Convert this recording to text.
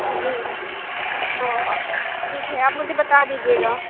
جی تو ٹھیک ہے آپ مجھے بتا دیجئے گا